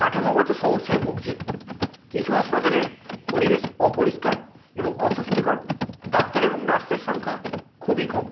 কাঠামোগত সমস্যায় ভুগচে কিছু হাসপাতালের পরিবেশ অপরিষ্কার এবং অস্বস্তিকর ডাক্তার এবং নার্সের সংখ্যা খুবই কম